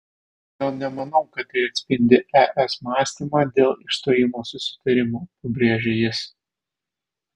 todėl nemanau kad tai atspindi es mąstymą dėl išstojimo susitarimo pabrėžė jis